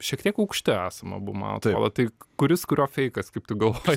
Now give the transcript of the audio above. šiek tiek aukšti esam abu man atrodo tai kuris kurio feikas kaip tu galvoji